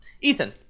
Ethan